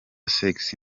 sexy